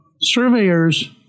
Surveyors